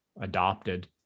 adopted